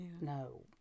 No